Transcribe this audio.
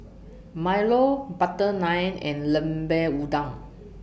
Milo Butter Naan and Lemper Udang